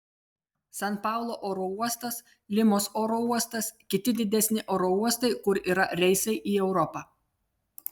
san paulo oro uostas limos oro uostas kiti didesni oro uostai kur yra reisai į europą